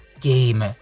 game